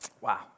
Wow